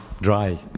dry